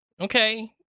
okay